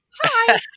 hi